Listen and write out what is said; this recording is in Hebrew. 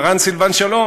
מרן סילבן שלום: